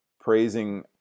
praising